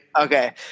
Okay